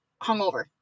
hungover